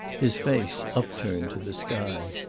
his face upturned to the sky.